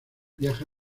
viaja